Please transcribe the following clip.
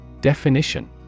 Definition